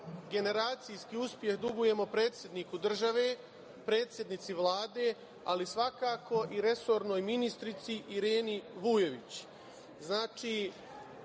generacijski uspeh dugujemo predsedniku države, predsednici Vlade, ali svakako i resornoj ministrici Ireni Vujović.